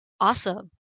awesome